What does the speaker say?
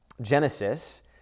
Genesis